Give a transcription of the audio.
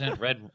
red